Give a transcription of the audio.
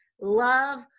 love